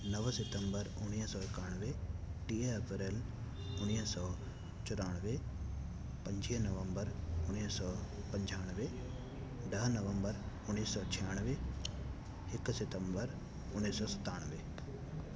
नव सितम्बर उणवीह सौ एकानवें टीह अप्रैल उणवीह सौ चौरानवें पंजवीह नवम्बर उणवीह सौ पंजानवें ॾह नवम्बर उणवीह सौ छियानवें हिकु सितम्बर उणिवीह सौ सतानवें